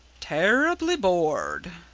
terribly bored!